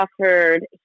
offered